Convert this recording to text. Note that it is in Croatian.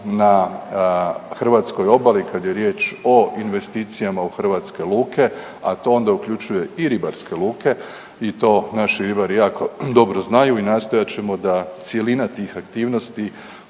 na hrvatskoj obali kad je riječ o investicijama u hrvatske luke, a to onda uključuje i ribarske luke i to naši ribari jako dobro znaju i nastojat ćemo da cjelina tih aktivnosti